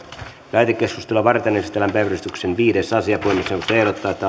lähetekeskustelua varten esitellään päiväjärjestyksen kuudes asia puhemiesneuvosto ehdottaa että